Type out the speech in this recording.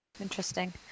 Interesting